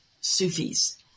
Sufis